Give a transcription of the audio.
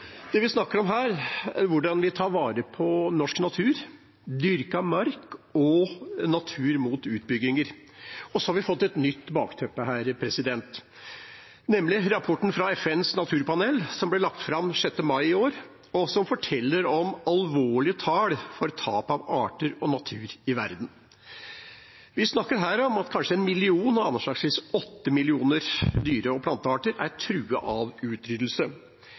Det vi snakker om, er hvordan vi tar vare på norsk natur, dyrka mark og natur, mot utbygginger. Og vi har fått et nytt bakteppe, nemlig rapporten fra FNs naturpanel. Den ble lagt fram den 6. mai i år og forteller om alvorlige tall når det gjelder tap av arter og natur i verden. Vi snakker om at anslagsvis 8 millioner dyre- og plantearter er trua av utryddelse.